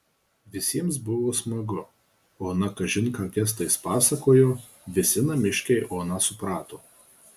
visiems buvo smagu ona kažin ką gestais pasakojo visi namiškiai oną suprato